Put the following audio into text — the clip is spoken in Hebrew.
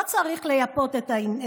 לא צריך לייפות את המציאות.